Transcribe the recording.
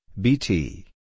B-T